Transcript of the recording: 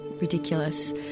ridiculous